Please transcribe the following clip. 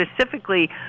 specifically